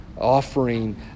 Offering